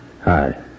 Hi